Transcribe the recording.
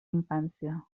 infància